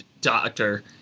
doctor